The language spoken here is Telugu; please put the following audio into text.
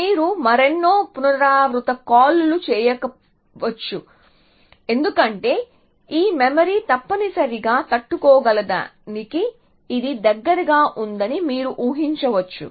మీరు మరెన్నో పునరావృత కాల్లు చేయకపోవచ్చు ఎందుకంటే ఈ మెమరీ తప్పనిసరిగా తట్టుకోగలదానికి ఇది దగ్గరగా ఉందని మీరు ఊహించవచ్చు